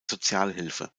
sozialhilfe